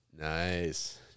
Nice